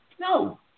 No